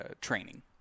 training